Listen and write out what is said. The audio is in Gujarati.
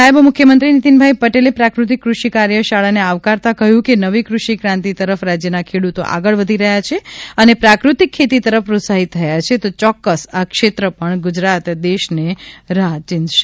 નાયબ મુખ્યમંત્રી શ્રી નીતિનભાઇ પટેલે પ્રાકૃતિક કૃષિ કાર્યશાળાને આવકારતાં કહ્યું કે નવી કૃષિ ક્રાંતિ તરફ રાજ્યના ખેડૂતો આગળ વધી રહ્યા છે અને પ્રાકૃતિક ખેતી તરફ પ્રોત્સાહીત થયા છે તો ચોક્કસ આ ક્ષેત્રે પણ ગુજરાત દેશને રાહ ચીંધશે